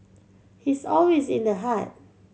he's always in the heart